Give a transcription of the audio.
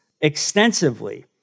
extensively